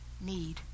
need